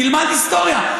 תלמד היסטוריה.